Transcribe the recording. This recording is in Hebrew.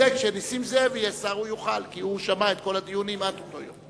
כשנסים זאב יהיה שר הוא יוכל כי הוא שמע את כל הדיונים עד אותו יום.